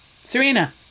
Serena